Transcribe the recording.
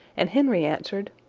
and henry answered,